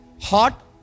Hot